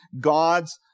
God's